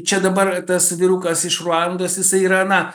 čia dabar tas vyrukas iš ruandos jisai yra na